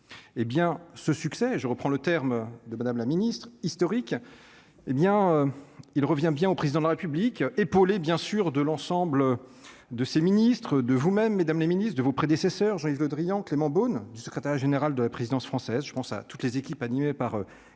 hé bien ce succès, je reprends le terme de Madame la Ministre, historique, hé bien il revient bien au président de la République, épaulé, bien sûr, de l'ensemble de ses ministres de vous-mêmes, Mesdames les Ministres de vos prédécesseurs, Jean-Yves Le Drian, Clément Beaune du secrétaire général de la présidence française, je pense à toutes les équipes animées par Xavier